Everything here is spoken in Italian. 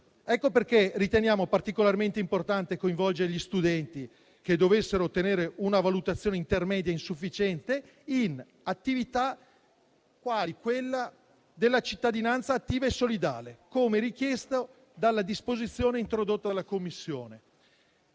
Ecco perché riteniamo particolarmente importante coinvolgere gli studenti che dovessero ottenere una valutazione intermedia insufficiente in attività quali quella della cittadinanza attiva e solidale, come richiesto dalla disposizione introdotta dalla Commissione.